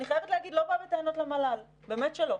אני לא באה בטענות למל"ל, באמת שלא.